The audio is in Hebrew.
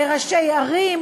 לראשי ערים,